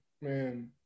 Man